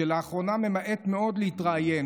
שלאחרונה ממעט מאוד להתראיין.